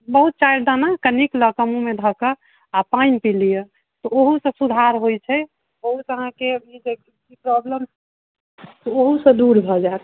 बहुत चारि दाना कनिक लकऽ मुँह मे धकऽ आ पानि पी लिअ तऽ ओहूसँ सुधार होइ छै ओहूसँ अहाँके ई देख ई प्रॉब्लेम ओहूसँ दूर भऽ जायत